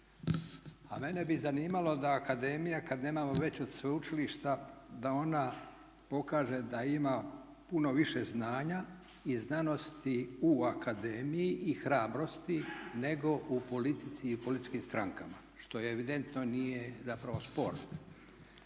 A meni bi zanimalo da akademija kada nemamo već od sveučilišta da ona pokaže da ima puno više znanja i znanosti u akademiji i hrabrosti nego u politici i političkim strankama što evidentno nije zapravo sporno.